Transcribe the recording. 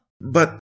But-